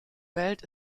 welt